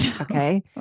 Okay